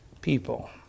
people